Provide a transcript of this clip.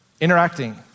interacting